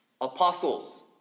apostles